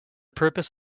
purpose